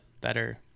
better